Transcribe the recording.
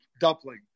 dumpling